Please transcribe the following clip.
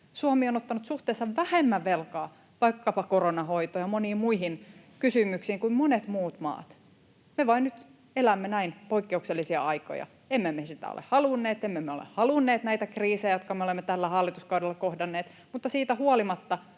Suomi on ottanut vaikkapa koronan hoitoon ja moniin muihin kysymyksiin suhteessa vähemmän velkaa kuin monet muut maat. Me vain nyt elämme näin poikkeuksellisia aikoja. Emme me sitä ole halunneet, emme me ole halunneet näitä kriisejä, jotka me olemme tällä hallituskaudella kohdanneet, mutta siitä huolimatta,